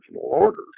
orders